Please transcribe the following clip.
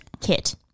Kit